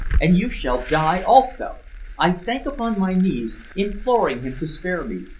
and you shall die also i sank upon my knees imploring him to spare me,